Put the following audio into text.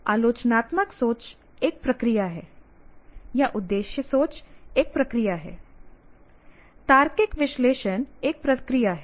आलोचनात्मक सोच एक प्रक्रिया है या उद्देश्य सोच एक प्रक्रिया है तार्किक विश्लेषण एक प्रक्रिया है